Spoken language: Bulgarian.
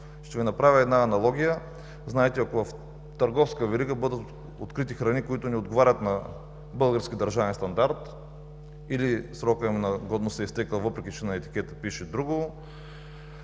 Ще Ви направя една аналогия. Знаете, ако в търговска верига бъдат открити храни, които не отговарят на българския държавен стандарт или срокът им на годност е изтекъл, въпреки че на етикета пише друго,